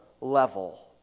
level